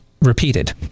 repeated